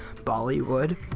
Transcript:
Bollywood